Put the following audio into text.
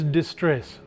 distress